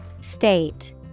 State